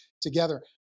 together